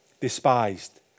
despised